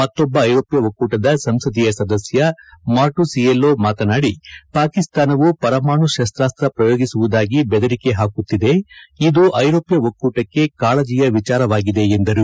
ಮತ್ತೊಬ್ಬ ಐರೋಪ್ಠ ಒಕ್ಕೂಟದ ಸಂಸದೀಯ ಸದಸ್ಥ ಮಾರ್ಟುಸಿಯೆಲ್ಲೊ ಮಾತನಾಡಿ ಪಾಕಿಸ್ತಾನವು ಪರಮಾಣು ಶಸ್ತಾಸ್ತ್ರ ಪ್ರಯೋಗಿಸುವುದಾಗಿ ಬೆದರಿಕೆ ಹಾಕುತ್ತಿದೆ ಇದು ಐರೋಪ್ಠ ಒಕ್ಕೂಟಕ್ಕೆ ಕಾಳಜಿಯ ವಿಚಾರವಾಗಿದೆ ಎಂದರು